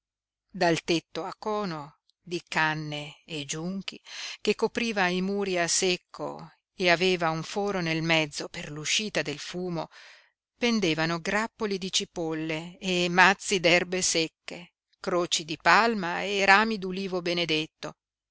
dal tetto a cono di canne e giunchi che copriva i muri a secco e aveva un foro nel mezzo per l'uscita del fumo pendevano grappoli di cipolle e mazzi d'erbe secche croci di palma e rami d'ulivo benedetto